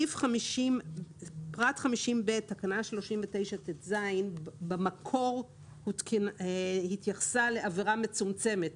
פרט 50ב, תקנה 39טז במקור התייחסה לעבירה מצומצמת